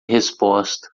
resposta